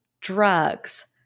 drugs